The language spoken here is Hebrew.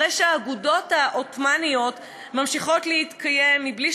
הרי שהאגודות העות'מאניות ממשיכות להתקיים מבלי